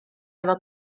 efo